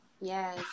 Yes